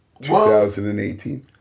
2018